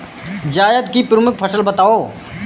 जायद की प्रमुख फसल बताओ